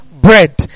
bread